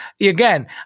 again